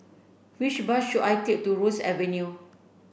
which bus should I take to Ross Avenue